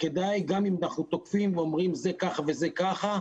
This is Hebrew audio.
כדאי גם אם אנחנו תוקפים ואומרים - זה ככה וזה ככה,